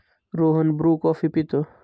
Rohan Bru coffee पितो